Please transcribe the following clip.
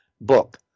book